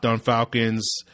Falcons